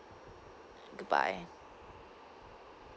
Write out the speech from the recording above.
goodbye